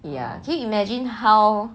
ya okay imagine how